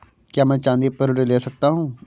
क्या मैं चाँदी पर ऋण ले सकता हूँ?